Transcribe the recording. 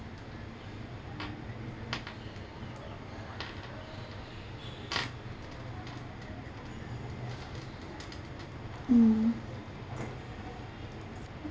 mm